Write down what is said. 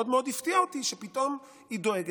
מאוד מאוד הפתיע אותי שפתאום היא דואגת.